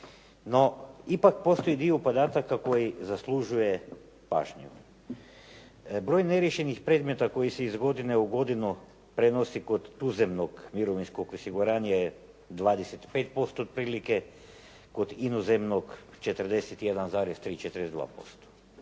no ipak postoji dio podataka koji zaslužuje pažnju. Broj neriješenih predmeta koji se iz godine u godinu prenosi kod tuzemnog mirovinskog osiguranja je 25% otprilike, kod inozemnog 41,3, 42%.